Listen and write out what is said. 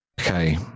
Okay